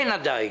אין עדיין.